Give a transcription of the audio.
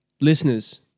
listeners